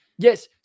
Yes